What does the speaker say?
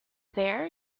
there